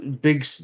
big